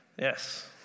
Yes